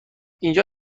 اینجا